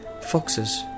Foxes